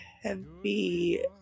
heavy